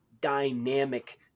dynamic